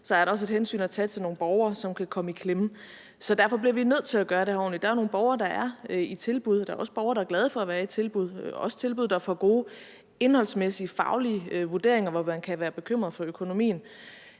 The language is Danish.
er der også et hensyn at tage til nogle borgere, som kan komme i klemme, og derfor bliver vi nødt til at gøre det her ordentligt. Der er nogle borgere, der er i tilbud, og der er også borgere, der er glade for at være i tilbud – også tilbud, der får gode indholdsmæssige, faglige vurderinger, hvor man kan være bekymret for økonomien.